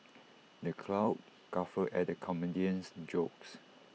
the crowd guffawed at the comedian's jokes